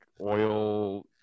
oil